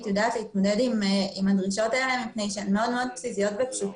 יודעת להתמודד עם הדרישות האלה שהן מאוד פשוטות.